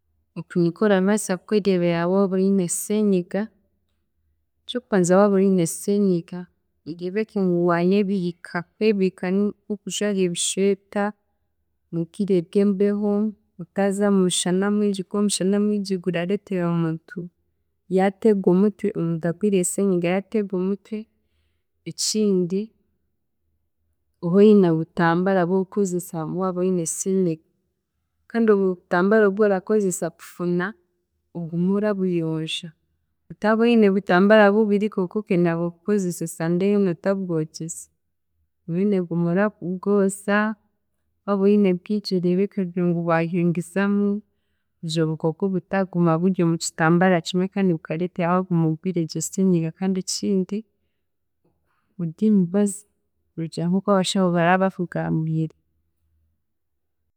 Okubikora ndabaasa kwereebera waaba oine senyiga, eky'okubanza waaba oine senyiga, oreebeke ngu waayebiika, kwebiika nink'okujwara ebishweta mu bwire bw'embeho otaaza mumushana mwingi kuba omushana mwingi gurareetera omuntu yaateegwa omutwe, omuntu agwire senyiga yaateegwa omutwe ekindi, obe oine obutambara bw'okukozesa waaba oine senyiga kandi obutambara obworakozesa kufuna ogume orabuyonja, otaaba oine obutambara bubiri konka okenda kubukozesa esande yoona otabwogize obe oine kuguma orabwoza, waaba oine bwingi oreebekege ngu waahingizamu kugira ngu obukooko butaba buri mukitambaara kimwe kandi bukareetera waaguma ogwire egyo senyiga kandi ekindi, orye emibazi kurugiirira nk'oku abashaho baraba bakugambiire.